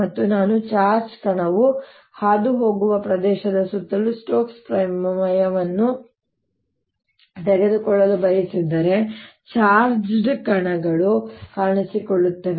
ಮತ್ತು ನಾನು ಚಾರ್ಜ್ ಕಣವು ಹಾದುಹೋಗುವ ಪ್ರದೇಶದ ಸುತ್ತಲೂ ಸ್ಟೋಕ್ಸ್ ಪ್ರಮೇಯವನ್ನು ತೆಗೆದುಕೊಳ್ಳಲು ಬಯಸಿದರೆ ಚಾರ್ಜ್ಡ್ ಕಣಗಳು ಕಾಣಿಸಿಕೊಳ್ಳುತ್ತವೆ